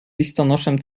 listonoszem